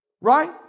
Right